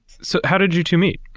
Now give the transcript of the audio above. so how did you two meet?